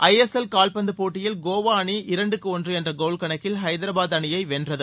ஐ S L கால்பந்து போட்டியில் கோவா அணி இரண்டுக்கு ஒன்று என்ற கோல் கணக்கில் ஐதராபாத் அணியை வென்றது